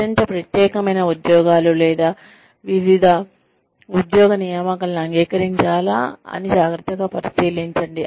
అత్యంత ప్రత్యేకమైన ఉద్యోగాలు లేదా వివిక్త ఉద్యోగ నియామకాలను అంగీకరించాలా అని జాగ్రత్తగా పరిశీలించండి